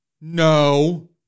No